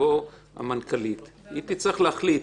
שכשתבוא המנכ"לית היא תצטרך להחליט.